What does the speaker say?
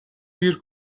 دیر